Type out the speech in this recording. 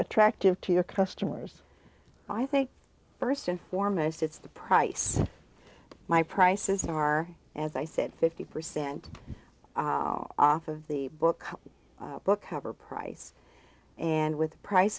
attractive to your customers i think first and foremost it's the price my prices are as i said fifty percent off of the book book cover price and with the price